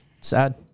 Sad